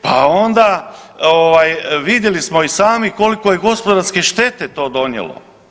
Pa onda vidjeli smo i sami koliko je gospodarski štete to donijelo.